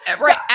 Right